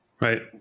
right